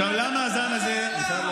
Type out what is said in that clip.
עכשיו, למה הזן הזה, יאללה יאללה.